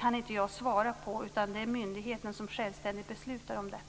kan jag inte svara på. Det är myndigheten som självständigt beslutar om detta.